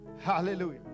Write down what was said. Hallelujah